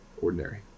ordinary